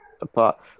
apart